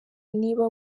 niba